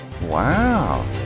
Wow